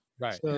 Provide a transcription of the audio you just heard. Right